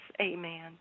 Amen